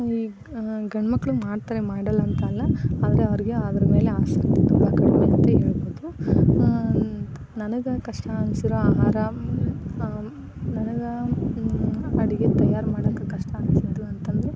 ಈಗ ಗಂಡು ಮಕ್ಕಳು ಮಾಡ್ತಾರೆ ಮಾಡಲ್ಲ ಅಂತಲ್ಲ ಆದರೆ ಅವರಿಗೆ ಅದ್ರ ಮೇಲೆ ಆಸಕ್ತಿ ತುಂಬ ಕಡಿಮೆ ಅಂತೆ ಹೇಳ್ಬೋದು ನನಗೆ ಕಷ್ಟ ಅನ್ನಿಸಿರೋ ಆಹಾರ ನನಗೆ ಅಡುಗೆ ತಯಾರು ಮಾಡೋಕ್ಕೆ ಕಷ್ಟ ಅನ್ನಿಸಿದ್ದು ಅಂತ ಅಂದ್ರೆ